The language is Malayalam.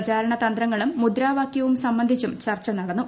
പ്രചാരണ തിന്ത്ങളും മുദ്രാവാക്യവും സംബന്ധിച്ചും ചർച്ച നടന്നു